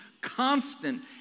constant